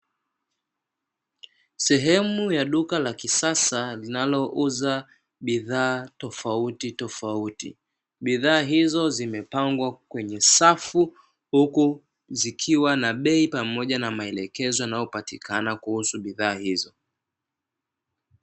Sehemu ya duka la kisasa linalouza bidhaa tofautitofauti. Bidhaa hizo zimepangwa kwenye safu, huku zikiwa na bei pamoja na maelekezo yanayopatikana kuhusu bidhaa hizo.